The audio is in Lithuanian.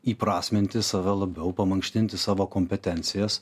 įprasminti save labiau pamankštinti savo kompetencijas